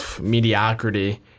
mediocrity